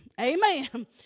Amen